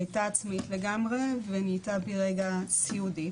היא הייתה עצמאית לגמרי ונהייתה ברגע סיעודית.